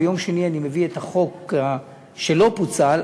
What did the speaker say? ביום שני אני מביא את החוק שלא פוצל,